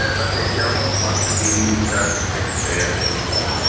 ah but they don't want to be church taxpayers anymore.